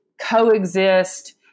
coexist